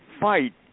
fight